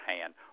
hand